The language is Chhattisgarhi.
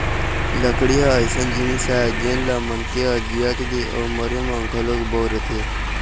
लकड़ी ह अइसन जिनिस आय जेन ल मनखे ह जियत ले अउ मरे म घलोक बउरथे